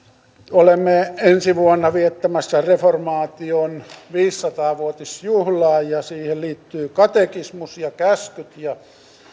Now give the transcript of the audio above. olemme ensi vuonna viettämässä reformaation viisisataa vuotisjuhlaa ja siihen liittyvät katekismus ja käskyt ja